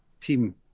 team